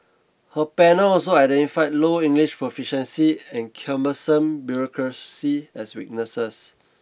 her panel also identified low English proficiency and cumbersome bureaucracy as weaknesses